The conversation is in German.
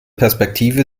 perspektive